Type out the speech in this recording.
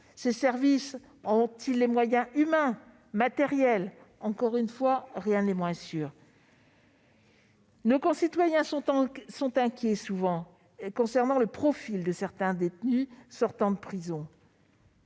Ces services en ont-ils les moyens humains et matériels ? Encore une fois, rien n'est moins sûr ... Nos concitoyens sont inquiets en voyant le profil de certains détenus qui sortent de prison.